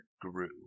grew